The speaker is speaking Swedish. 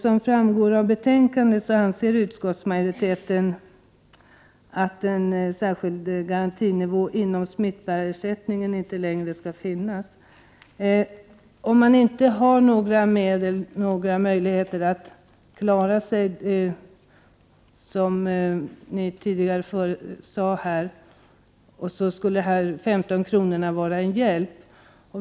Som framgår av betänkandet anser utskottsmajoriteten att en särskild garantinivå inom smittbärarersättningen inte längre skall finnas. Det sades här tidigare att om man inte har några möjligheter att klara sig, så skulle dessa 15 kr. vara en hjälp.